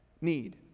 need